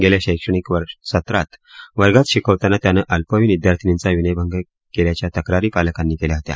गेल्या शैक्षणिक सत्रात वर्गात शिकविताना त्यानं अल्पवयीन विद्यार्थिनीचा विनयभंग केल्याच्या तक्रारी पालकांनी केल्या होत्या